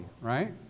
right